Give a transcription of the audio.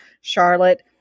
charlotte